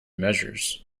measures